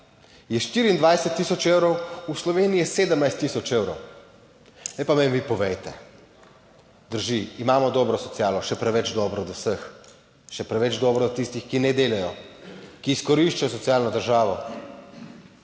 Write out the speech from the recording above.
je 24 tisoč evrov, v Sloveniji je 17 tisoč evrov. Zdaj pa meni vi povejte. Drži, imamo dobro socialo, še preveč dobro do vseh, še preveč dobro od tistih, ki ne delajo, ki izkoriščajo socialno državo.